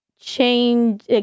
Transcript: change